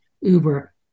Uber